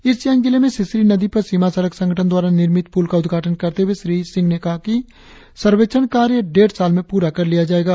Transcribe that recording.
east Siang जिले में सिसिरी नदी पर सीमा सड़क संगठन द्वारा निर्मित पुल का उद्घाटन करते हुए श्री सिंह ने कहा कि सर्वेक्षण कार्य डेढ़ साल में पूरा कर लिया जाएगा